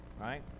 right